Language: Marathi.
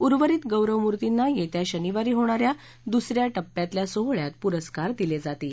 उर्वरित गौरवमूर्तींना येत्या शनिवारी होणाऱ्या दुसऱ्या टप्प्यातल्या सोहळ्यात पुरस्कार दिले जातील